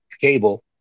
cable